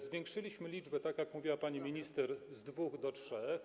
Zwiększyliśmy liczbę, tak jak mówiła pani minister, z dwóch do trzech.